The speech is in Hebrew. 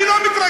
אני לא מתרגש,